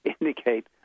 indicate